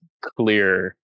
clear